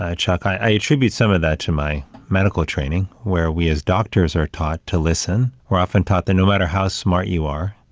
chuck, i attribute some of that to my medical training, where we as doctors, are taught to listen, we're often taught that no matter how smart you are,